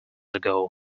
ago